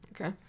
Okay